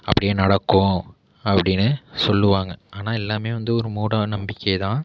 அப்படியே நடக்கும் அப்படினு சொல்லுவாங்க ஆனால் எல்லாமே வந்து ஒரு மூடநம்பிக்கைதான்